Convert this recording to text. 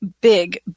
big